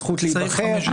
הזכות להיבחר,